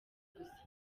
gusa